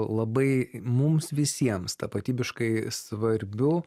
labai mums visiems tapatybiškai svarbiu